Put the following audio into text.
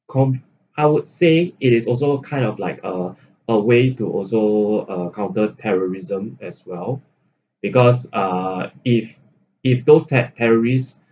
com~ I would say it is also kind of like uh a way to also uh counter terrorism as well because uh if if those ter~ terrorists